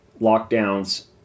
lockdowns